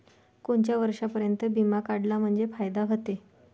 कोनच्या वर्षापर्यंत बिमा काढला म्हंजे फायदा व्हते?